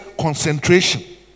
concentration